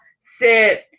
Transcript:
sit